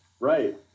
Right